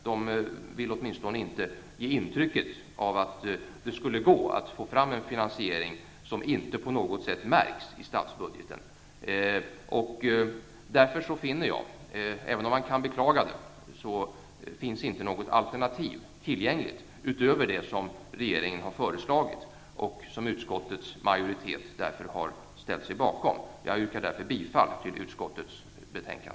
De vill åtminstone inte ge intrycket av att det skulle gå att ta fram en finansiering som inte på något sätt märks i statsbudgeten. Därför finner jag, även om man kan beklaga det, att det inte finns något alternativ tillgängligt utöver det som regeringen har föreslagit och som utskottets majoritet ställt sig bakom. Jag yrkar bifall till utskottets hemställan.